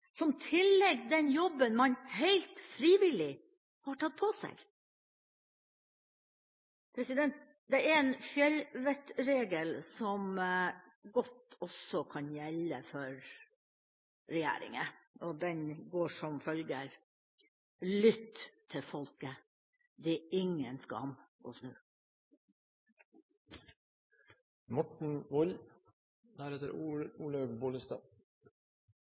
som tilligger den jobben man helt frivillig har tatt på seg? Det er en fjellvettregel som godt også kan gjelde for regjeringa, og den går som følger: Lytt til folket – det er ingen skam å